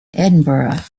edinburgh